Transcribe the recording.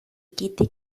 kitty